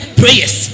prayers